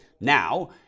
now